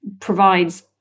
provides